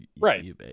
Right